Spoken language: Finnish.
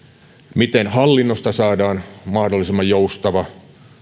miten hallinnosta saadaan mahdollisimman joustava